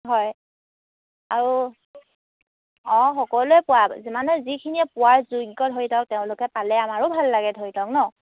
হয় আৰু অঁ সকলোৱে পোৱা যিমানে যিখিনি পোৱাৰ যোগ্য ধৰি লওক তেওঁলোকে পালে আমাৰো ভাল লাগে ধৰি লওক নহ্